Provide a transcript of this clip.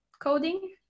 coding